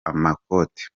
amakote